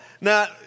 Now